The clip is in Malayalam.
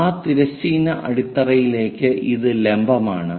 ആ തിരശ്ചീന അടിത്തറയിലേക്ക് ഇത് ലംബമാണ്